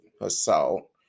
assault